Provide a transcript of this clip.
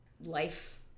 life